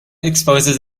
exposes